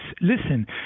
listen